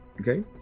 Okay